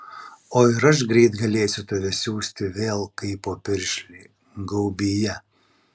o ir aš greit galėsiu tave siųsti vėl kaipo piršlį gaubyje